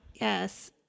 Yes